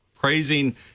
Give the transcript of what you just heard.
praising